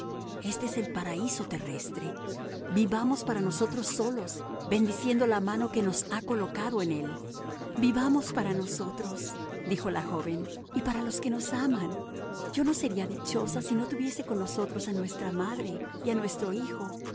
este es el paraíso terrestre vivamos para nosotros solos bendiciendo la mano que nos ha colocado en él vivamos para nosotros dijo la joven y para los que nos aman yo no sería dichosa si no tuviese con nosotros a nuestra madre y a nuestro hijo